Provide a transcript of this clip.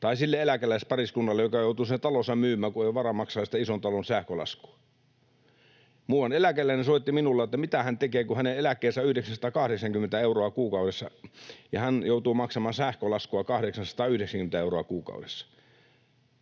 tai sille eläkeläispariskunnalle, joka joutuu sen talonsa myymään, kun ei ole varaa maksaa sitä ison talon sähkölaskua. Muuan eläkeläinen soitti minulle, että mitä hän tekee, kun hänen eläkkeensä on 980 euroa kuukaudessa ja hän joutuu maksamaan sähkölaskua 890 euroa kuukaudessa.